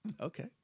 Okay